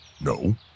No